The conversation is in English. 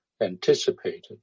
anticipated